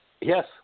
Yes